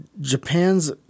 Japan's